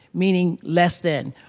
meaning less than.